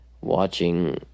watching